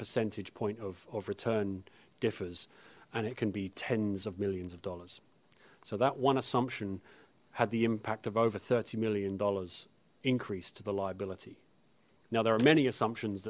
percentage point of return differs and it can be tens of millions of dollars so that one assumption had the impact of over thirty million dollars increase to the liability now there are many assumptions